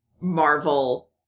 Marvel